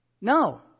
No